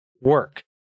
work